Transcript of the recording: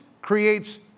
creates